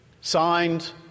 Signed